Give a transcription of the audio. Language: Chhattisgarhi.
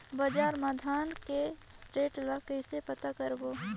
बजार मा धान के रेट ला कइसे पता करबो?